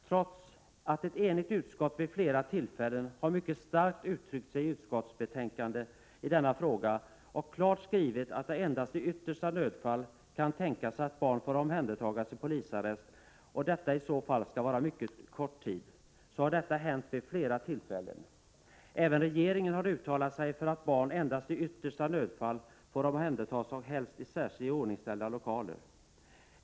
Trots att ett enigt utskott vid flera tillfällen mycket klart har uttalat att barn endast i yttersta nödfall och i så fall under mycket kort tid får omhändertas, har det många gånger hänt att de hållits i förvar under lång tid. Även regeringen har uttalat att barn endast i yttersta nödfall får omhändertas, helst i särskilt iordningställda lokaler.